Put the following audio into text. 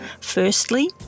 Firstly